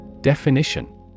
Definition